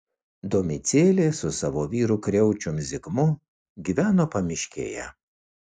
domicėlė su savo vyru kriaučium zigmu gyveno pamiškėje